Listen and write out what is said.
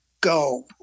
go